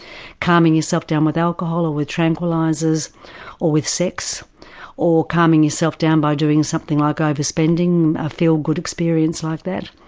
calming yourself down with alcohol or with tranquillisers or with sex or calming yourself down by doing something like overspending, a feel-good experience like that.